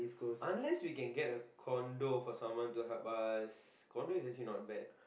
unless we can get a condo for someone to help us condo is actually not bad